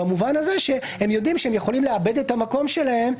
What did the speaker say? במובן הזה שהם יודעים שהם יכולים לאבד את המקום שלהם,